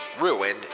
ruined